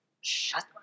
Shut